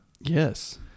Yes